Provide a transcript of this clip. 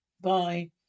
Bye